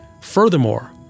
Furthermore